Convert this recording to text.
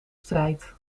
strijd